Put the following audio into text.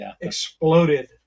exploded